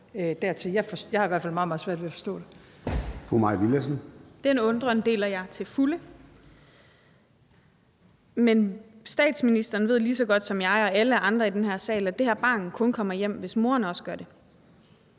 (Søren Gade): Fru Mai Villadsen. Kl. 13:42 Mai Villadsen (EL): Den undren deler jeg til fulde, men statsministeren ved lige så godt som jeg og alle andre i den her sal, at det her barn kun kommer hjem, hvis moderen også gør det.